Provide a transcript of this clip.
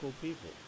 people